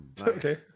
Okay